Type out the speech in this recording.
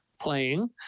playing